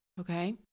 Okay